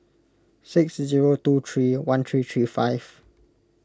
six zero two three one three three five